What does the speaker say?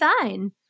fine